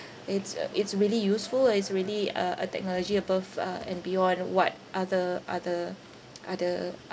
it's uh it's really useful uh it's really a a technology above uh and beyond what other other other